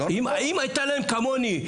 אם היתה להם כמוני,